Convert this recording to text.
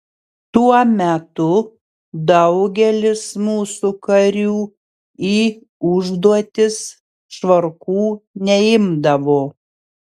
tuo metu daugelis mūsų karių į užduotis švarkų neimdavo